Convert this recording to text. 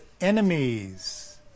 enemies